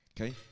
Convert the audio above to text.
Okay